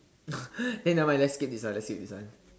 then nevermind let's skip this one let's skip this one